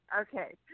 Okay